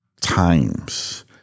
times